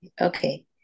Okay